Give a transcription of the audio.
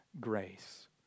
grace